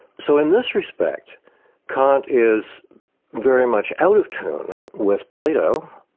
so in this respect kant is very much out of tune with plato,